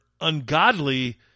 ungodly